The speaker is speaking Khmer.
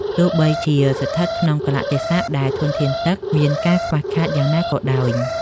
ទោះបីជាស្ថិតក្នុងកាលៈទេសៈដែលធនធានទឹកមានការខ្វះខាតយ៉ាងខ្លាំងក៏ដោយ។